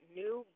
new